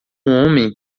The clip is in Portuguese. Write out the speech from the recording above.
homem